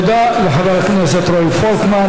תודה לחבר הכנסת רועי פולקמן.